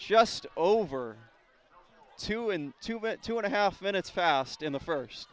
just over two and two but two and a half minutes fast in the first